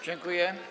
Dziękuję.